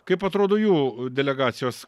kaip atrodo jų delegacijos